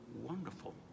wonderful